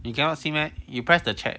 you cannot see meh you press the chat